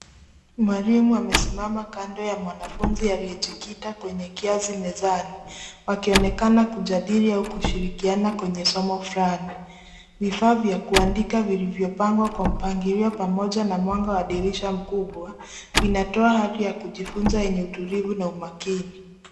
Mwalimu amesimama kando ya mwanafunzi aliyejikita kwenye kazi mezani wakionekana kujadili au kushirikiana kwenye somo flani. Vifaa vya kuandika vilivyopangwa kwa mpagilio pamoja na mwanga wa dirisha mkubwa vinatoa hali ya kujifunza enye utulivu na umakini.